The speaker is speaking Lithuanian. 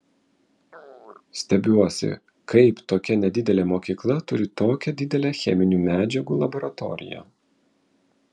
stebiuosi kaip tokia nedidelė mokykla turi tokią didelę cheminių medžiagų laboratoriją